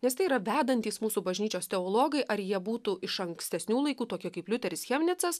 nes tai yra vedantys mūsų bažnyčios teologai ar jie būtų iš ankstesnių laikų tokie kaip liuteris chemnicas